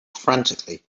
frantically